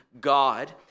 God